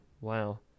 Wow